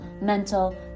mental